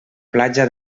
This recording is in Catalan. platja